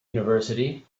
university